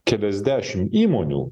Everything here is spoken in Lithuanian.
keliasdešimt įmonių